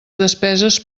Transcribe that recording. despeses